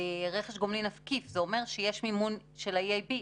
רכש גומלין עקיף, זה אומר שיש מימון של ה-EIB.